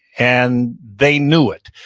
and they knew it.